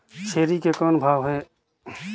छेरी के कौन भाव हे?